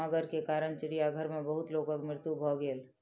मगर के कारण चिड़ियाघर में बहुत लोकक मृत्यु भ गेल